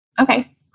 Okay